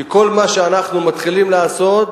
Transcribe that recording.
כי כל מה שאנחנו מתחילים לעשות,